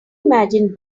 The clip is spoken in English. imagine